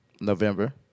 November